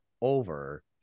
over